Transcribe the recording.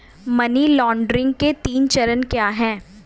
Money laundering के तीन चरण क्या हैं?